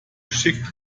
geschickt